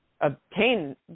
obtain